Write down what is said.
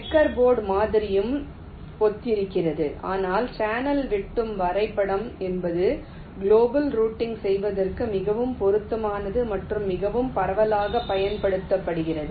checker board மாதிரியும் ஒத்திருக்கிறது ஆனால் சேனல் வெட்டும் வரைபடம் என்பது குளோபல் ரூட்டிங் செய்வதற்கு மிகவும் பொருத்தமானது மற்றும் மிகவும் பரவலாக பயன்படுத்தப்படுகிறது